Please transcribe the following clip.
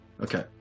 Okay